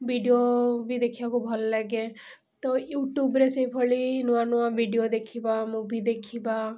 video ବି ଦେଖିବାକୁ ଭଲ ଲାଗେ ତ ୟୁଟ୍ୟୁବ୍ରେ ବି ସେଇଭଳି ନୂଆ ନୂଆ ଭିଡ଼ିଓ ଦେଖିବା ମୁଭି ଦେଖିବା